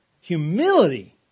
humility